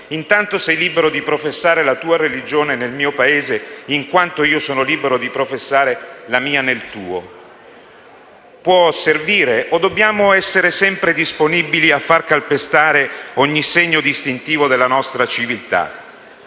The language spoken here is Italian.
intanto sei libero di professare la tua religione nel mio Paese, in quanto sono libero di professare la mia nel tuo, può servire? O dobbiamo essere sempre disponibili a far calpestare ogni segno distintivo della nostra civiltà?